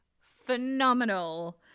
phenomenal